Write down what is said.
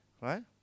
right